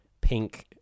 pink